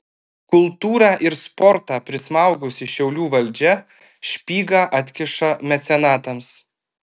kultūrą ir sportą prismaugusi šiaulių valdžia špygą atkiša mecenatams